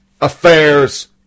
Affairs